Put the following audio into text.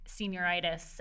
senioritis